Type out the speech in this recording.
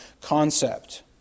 concept